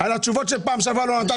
על התשובות שפעם שעברה לא נתת.